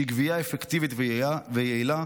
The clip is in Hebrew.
שהיא גבייה אפקטיבית ויעילה,